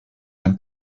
han